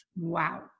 Wow